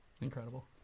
incredible